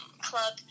club